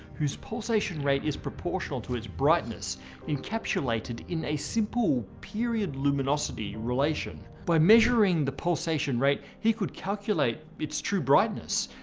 whose pulsation rate is proportional to its brightness encapsulated in a simple period-luminosity relation. by measuring the pulsation rate he could calculate its true brightness,